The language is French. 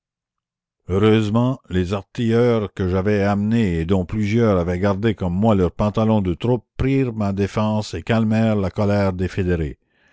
heureusement les artilleurs que j'avais emmenés et dont plusieurs avaient gardé comme moi leur la commune pantalon de troupe prirent ma défense et calmèrent la colère des fédérés